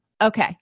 Okay